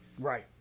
Right